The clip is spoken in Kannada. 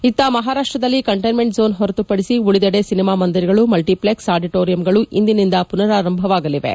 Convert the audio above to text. ಇತ್ತ ಮಹಾರಾಷ್ಟದಲ್ಲಿ ಕಂಟೈನ್ಮೆಂಟ್ ಝೋನ್ ಹೊರತುಪಡಿಸಿ ಉಳಿದೆಡೆ ಸಿನಿಮಾ ಮಂದಿರಗಳು ಮಲ್ವಿಥ್ಲೆಕ್ಸ್ ಆಡಿಟೋರಿಯಂಗಳು ಇಂದಿನಿಂದ ಪುನರಾರಂಭವಾಗಲಿವೆ